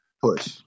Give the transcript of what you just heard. Push